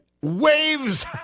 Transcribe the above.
Waves